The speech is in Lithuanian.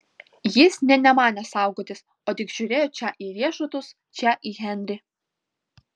jis nė nemanė saugotis o tik žiūrėjo čia į riešutus čia į henrį